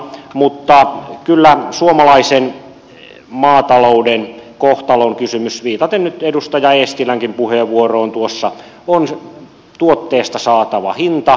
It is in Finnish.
mutta kyllä suomalaisen maatalouden kohtalonkysymys viitaten nyt edustaja eestilänkin puheenvuoroon tuossa on tuotteesta saatava hinta